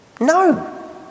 No